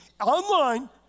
Online